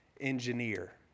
engineer